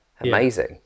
amazing